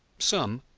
some,